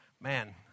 Man